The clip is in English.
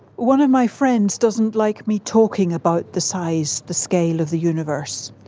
one of my friends doesn't like me talking about the size, the scale of the universe.